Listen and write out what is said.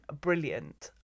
brilliant